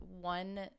one